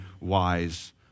wise